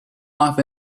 off